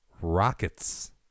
Rockets